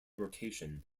rotation